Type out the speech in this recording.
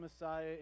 Messiah